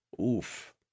oof